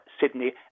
Sydney